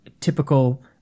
typical